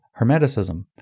Hermeticism